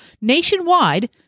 nationwide